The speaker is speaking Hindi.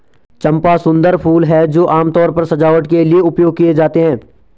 चंपा सुंदर फूल हैं जो आमतौर पर सजावट के लिए उपयोग किए जाते हैं